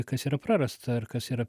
kas yra prarasta ar kas yra